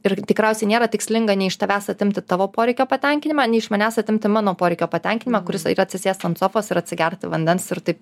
ir tikriausiai nėra tikslinga nei iš tavęs atimti tavo poreikio patenkinimą nei iš manęs atimti mano poreikio patenkinimą kuris yra atsisėst ant sofos ir atsigerti vandens ir taip